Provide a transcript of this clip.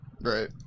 Right